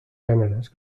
gèneres